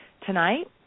Tonight